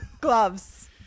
Gloves